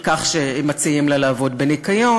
על כך שמציעים לה לעבוד בניקיון,